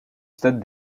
stade